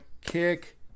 kick